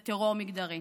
זה טרור מגדרי.